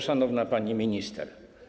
Szanowna Pani Minister!